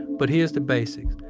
but here's the basics.